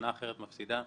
שנה אחרת מפסידה,